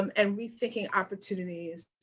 um and rethinking opportunities.